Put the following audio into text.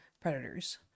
predators